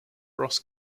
ross